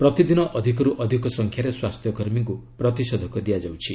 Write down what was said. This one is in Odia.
ପ୍ରତିଦିନ ଅଧିକରୁ ଅଧିକ ସଂଖ୍ୟାରେ ସ୍ୱାସ୍ଥ୍ୟକର୍ମୀଙ୍କୁ ପ୍ରତିଷେଧକ ଦିଆଯାଉଛି